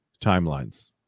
timelines